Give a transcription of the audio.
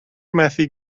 methu